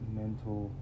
mental